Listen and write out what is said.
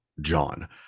john